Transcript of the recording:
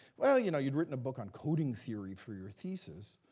well, you know, you'd written a book on coding theory for your thesis.